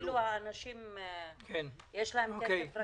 כאילו לאנשים יש כסף.